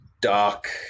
dark